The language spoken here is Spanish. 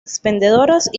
expendedoras